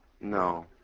No